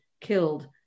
killed